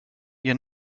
you